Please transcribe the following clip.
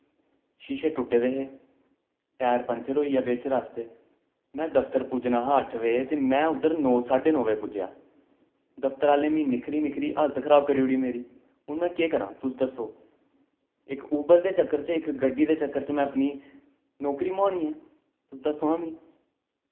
शीशे टुट्टे दे हे टैर पंक्चर होई गेआ बिच रस्तै में दफ्तर पुज्जना हा अट्ठ बजे ते में उद्धर नौ साड्ढे नौ बजे पूज्जेआ दफ्तर आह्ले मिकी निक्खरी निक्खरी हालत खराब करी ओड़ी मेरी हून में केह् करां तुस दस्सो इक उबर दे चक्कर च इक गड्डी दे चक्कर च में अपनी नौकरी मुहानी ऐ तुस दस्सो हां मिकी